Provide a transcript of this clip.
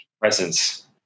presence